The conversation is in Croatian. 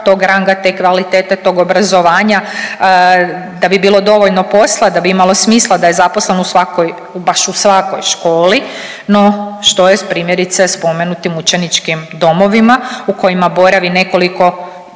tog ranga, te kvalitete, tog obrazovanja da bi bilo dovoljno posla, da bi imalo smisla da je zaposlen u svakoj, baš u svakoj školi. No, što je s primjerice spomenutim učeničkim domovima u kojima boravi nekoliko